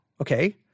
Okay